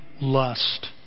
lust